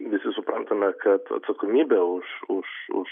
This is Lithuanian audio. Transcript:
visi suprantame kad atsakomybę už už už